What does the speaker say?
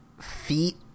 feet